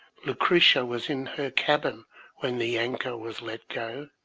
lucretia was in her cabin when the anchor was let go.